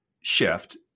shift